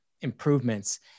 improvements